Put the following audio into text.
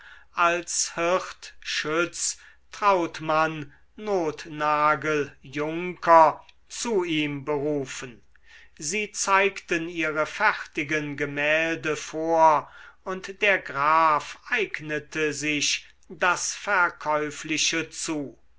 als hirt schütz trautmann nothnagel juncker zu ihm berufen sie zeigten ihre fertigen gemälde vor und der graf eignete sich das verkäufliche zu